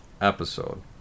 episode